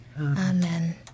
Amen